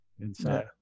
inside